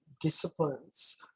disciplines